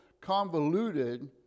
convoluted